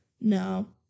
No